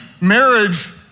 marriage